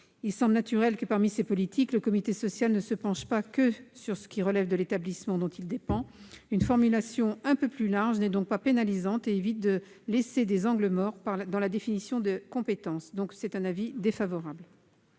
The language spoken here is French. Il semble naturel que, parmi ces politiques, le comité social ne se penche que sur ce qui relève de l'établissement dont il dépend. Une formulation un peu plus large n'est donc pas pénalisante et évite de laisser des angles morts dans la définition des compétences. En conséquence, l'avis est défavorable.